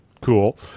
cool